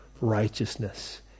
righteousness